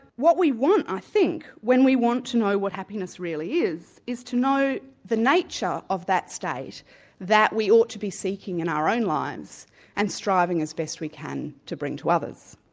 what we want i think when we want to know what happiness really is, is to know the nature of that state that we ought to be seeking in our own lives and striving as best we can to bring to others.